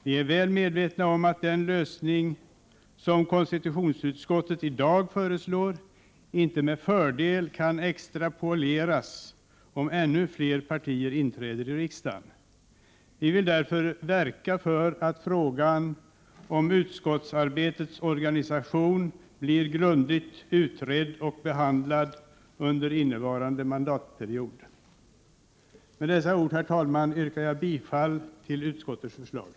Vi är väl medvetna om att den lösning som konstitutionsutskottet i dag föreslår inte med fördel kan extrapoleras om ännu fler partier inträder i riksdagen. Vi vill därför verka för att frågan om utskottsarbetets organisation blir grundligt utredd och behandlad under innevarande mandatperiod. Med dessa ord, herr talman, yrkar jag bifall till utskottets förslag.